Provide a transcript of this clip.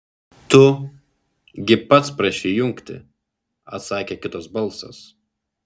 tu gi pats prašei įjungti atsakė kitas balsas